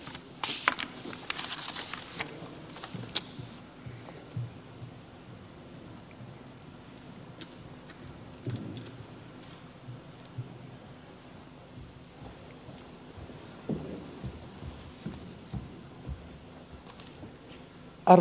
arvoisa puhemies